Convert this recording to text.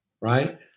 right